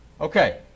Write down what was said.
Okay